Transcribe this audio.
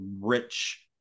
rich